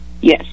Yes